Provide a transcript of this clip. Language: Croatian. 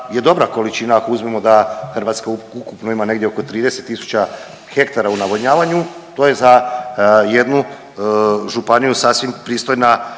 je dobra količina, ako uzmemo da Hrvatska ukupno ima negdje oko 30 tisuća hektara u navodnjavanju, to je za jednu županiju sasvim pristojna,